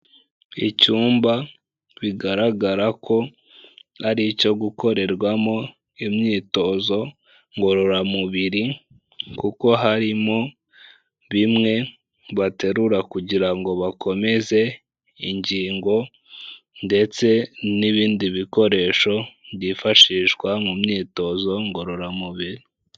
Icyumba bigaragara ko ari icyo gukorerwamo imyitozo ngororamubiri kuko harimo bimwe baterura kugira ngo bakomeze ingingo ndetse n'ibindi bikoresho byifashishwa mu myitozo ngororamubiri.